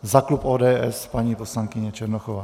Za klub ODS paní poslankyně Černochová.